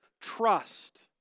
trust